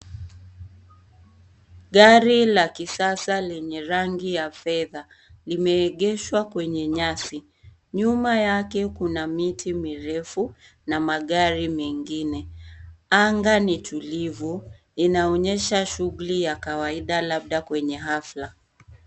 Gari ya kisasa lenye rangi ya fedha limeegeshwa kwenye nyasi, nyuma yake kuna miti mirefu na magari mengine. Anga ni tulivu . Inonyesha shughuli ya kawaida labda kwenye hafla.